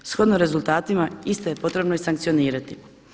Shodno rezultatima iste je potrebno i sankcionirati.